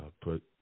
Put